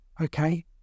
Okay